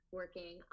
working